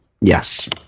Yes